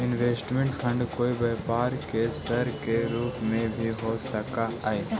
investment fund कोई व्यापार के सर के रूप में भी हो सकऽ हई